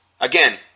Again